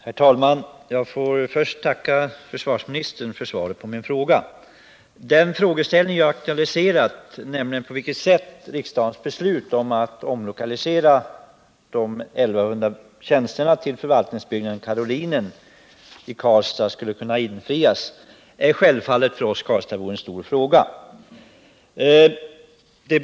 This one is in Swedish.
Herr talman! Jag får först tacka försvarsministern för svaret på min fråga. Den fråga jag har aktualiserat, nämligen på vilket sätt riksdagens beslut att omlokalisera de 1100 tjänsterna till förvaltningsbyggnaden Karolinen i Om lokaliseringen Karlstad skulle kunna genomföras, är självfallet för oss karlstadsbor en stor av statlig verksamfråga.